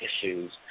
issues